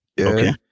Okay